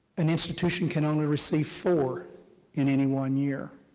an institution can only receive four in any one year.